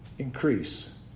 Increase